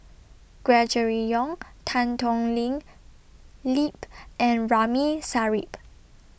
Gregory Yong Tan Thoon Ling Lip and Ramli Sarip